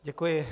Děkuji.